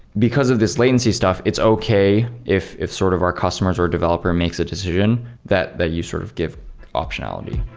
because of this latency stuff, it's okay if if sort of our customers or developer makes a decision that that you sort of give optionality